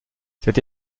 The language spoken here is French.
cette